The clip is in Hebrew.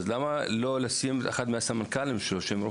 למה לא לשים אחד מהסמנכ"לים שהם רופאים?